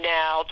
now